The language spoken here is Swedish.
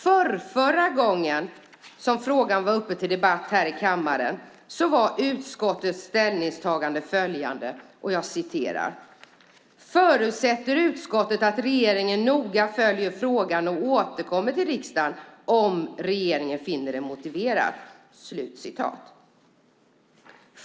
Förrförra gången som frågan var uppe till debatt här i kammaren var utskottets ställningstagande att man förutsatte "att regeringen noga följer frågan och återkommer till riksdagen om regeringen finner det motiverat".